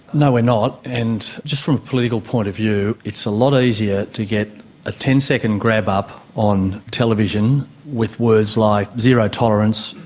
no, we're not, and just from a political point of view it's a lot easier to get a ten second grab up on television with words like zero tolerance,